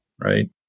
Right